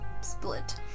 split